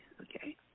Okay